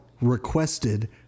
requested